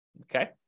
Okay